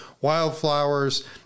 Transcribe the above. wildflowers